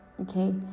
okay